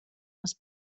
les